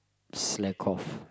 slack off